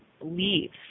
leaves